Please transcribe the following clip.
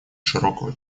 широкого